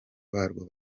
barwo